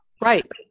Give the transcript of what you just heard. Right